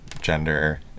gender